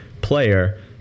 player